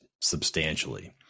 substantially